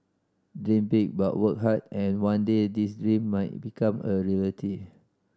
dream big but work hard and one day these dream might become a reality